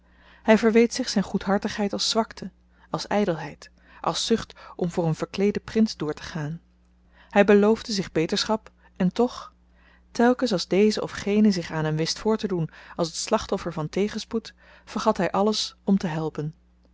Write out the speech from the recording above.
hy verweet zich zyn goedhartigheid als zwakte als ydelheid als zucht om voor een verkleeden prins doortegaan hy beloofde zich beterschap en toch telkens als deze of gene zich aan hem wist voortedoen als t slachtoffer van tegenspoed vergat hy alles om te helpen